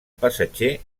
passatger